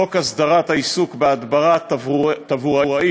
חוק הסדרת העיסוק בהדברה תברואית